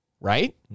right